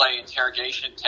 interrogation